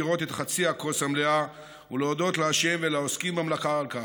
לראות את חצי הכוס המלאה ולהודות להשם ולעוסקים במלאכה על כך.